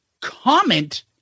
comment